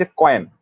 coin